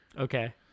Okay